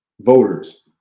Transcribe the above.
voters